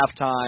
halftime